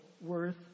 worth